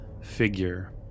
figure